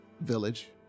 village